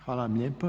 Hvala vam lijepo.